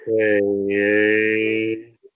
okay